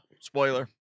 spoiler